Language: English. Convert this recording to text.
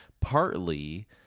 Partly